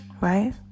Right